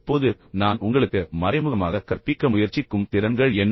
இப்போது நான் உங்களுக்கு மறைமுகமாக கற்பிக்க முயற்சிக்கும் திறன்கள் என்ன